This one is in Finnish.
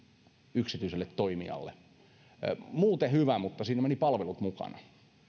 yksityiselle toimijalle muuten hyvä mutta siinä meni palvelut mukana